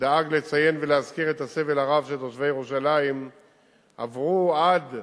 דאג לציין ולהזכיר את הסבל הרב שתושבי ירושלים עברו עד,